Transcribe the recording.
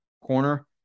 corner